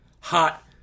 Hot